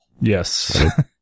Yes